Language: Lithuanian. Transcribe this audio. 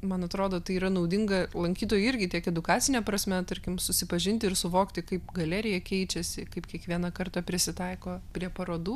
man atrodo tai yra naudinga lankytojui irgi tiek edukacine prasme tarkim susipažint ir suvokti kaip galerija keičiasi kaip kiekvieną kartą prisitaiko prie parodų